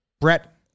Brett